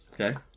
Okay